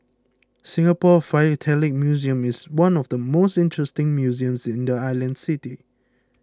Singapore Philatelic Museum is one of the most interesting museums in the island city